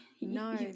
no